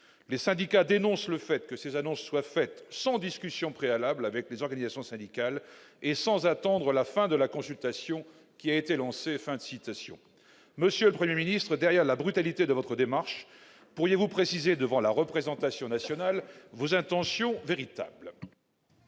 les syndicats dénoncent le fait que ces annonces soient faites sans discussion préalable avec les organisations syndicales et sans attendre la fin de la consultation qui a été lancée, fin de citation monsieur le 1er ministre derrière la brutalité de votre démarche, pourriez-vous préciser devant la représentation nationale vous intentions véritables.